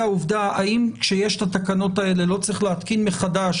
העובדה האם כאשר יש את התקנות האלה לא צריך להתקין מחדש